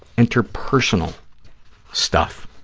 interpersonal stuff,